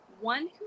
One